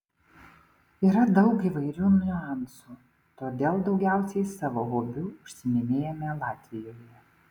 yra daug įvairių niuansų todėl daugiausiai savo hobiu užsiiminėjame latvijoje